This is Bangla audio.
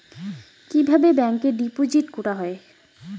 কিভাবে ব্যাংকে ডিপোজিট করা হয়?